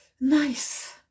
nice